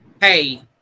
hey